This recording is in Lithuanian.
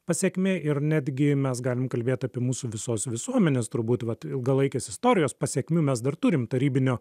pasekmė ir netgi mes galim kalbėt apie mūsų visos visuomenės turbūt vat ilgalaikės istorijos pasekmių mes dar turim tarybinio